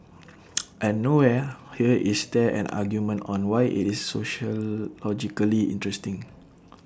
and nowhere here is there an argument on why IT is sociologically interesting